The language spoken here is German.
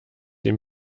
dem